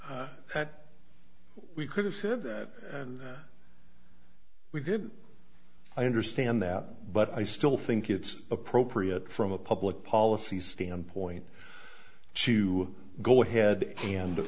that we could have said that and we did i understand that but i still think it's appropriate from a public policy standpoint to go ahead and